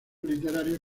literarios